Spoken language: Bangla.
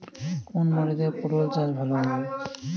কোন মাটিতে পটল চাষ ভালো হবে?